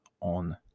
on